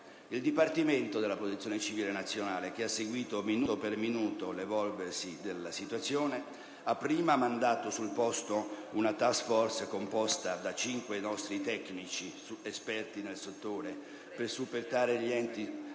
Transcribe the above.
Il Dipartimento della protezione civile nazionale, che ha seguito minuto per minuto l'evolversi della situazione, ha prima mandato sul posto una *task force* composta da cinque nostri tecnici esperti nel settore, per supportare gli enti